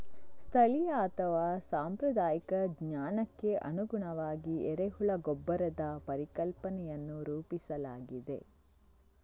ಸ್ಥಳೀಯ ಅಥವಾ ಸಾಂಪ್ರದಾಯಿಕ ಜ್ಞಾನಕ್ಕೆ ಅನುಗುಣವಾಗಿ ಎರೆಹುಳ ಗೊಬ್ಬರದ ಪರಿಕಲ್ಪನೆಯನ್ನು ರೂಪಿಸಲಾಗಿದೆ